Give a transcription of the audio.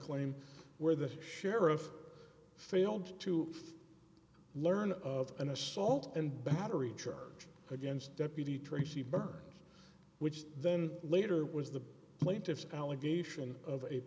claim where the sheriff failed to learned of an assault and battery charge against deputy tracy byrnes which then later was the plaintiff's allegation of a